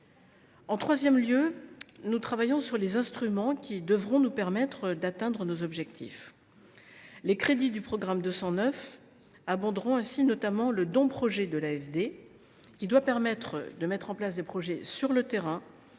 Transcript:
En troisième lieu, nous travaillons sur les instruments qui devront nous permettre d’atteindre nos objectifs. Ainsi, les crédits du programme 209 abonderont notamment les dons projets de l’AFD, qui doivent permettre de déployer sur le terrain